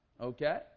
Okay